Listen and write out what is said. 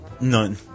None